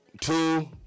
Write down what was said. Two